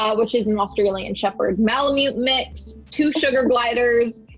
um which is an australian shepherd malamute mix, two sugar gliders,